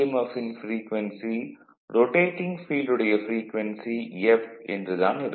F ன் frequency rotating field உடைய frequency 'f' என்று தான் இருக்கும்